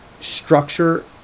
structure